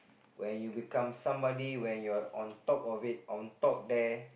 when you become somebody when you are on top of it on top there